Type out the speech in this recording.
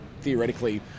theoretically